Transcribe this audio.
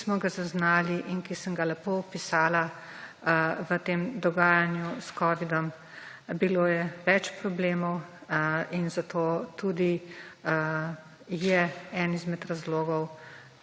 ki smo ga zaznali in ki sem ga lepo opisala v tem dogajanju s covidom. Bilo je več problemov in zato tudi je en izmed razlogov